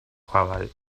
chwarae